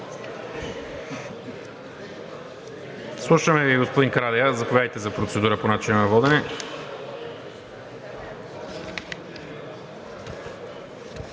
Слушаме Ви, господин Карадайъ – заповядайте за процедура по начина на водене.